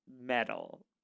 metal